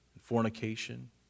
fornication